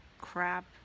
crap